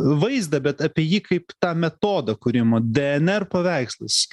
vaizdą bet apie jį kaip tą metodą kūrimo dnr paveikslas